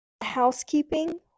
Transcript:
Housekeeping